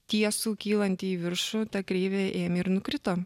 tiesų kylantį į viršų ta kreivė ėmė ir nukrito